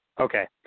Okay